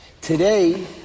Today